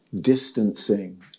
distancing